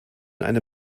eine